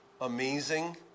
amazing